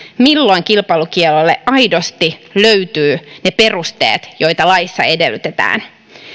milloin kilpailukiellolle aidosti löytyy ne perusteet joita laissa edellytetään